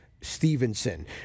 Stevenson